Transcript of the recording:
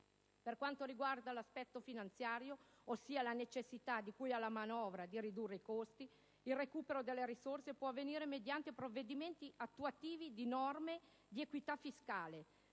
Per quanto riguarda l'aspetto finanziario, ossia la necessità di cui alla manovra di ridurre i costi, il recupero delle risorse può avvenire mediante provvedimenti attuativi di norme di equità fiscale,